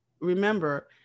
remember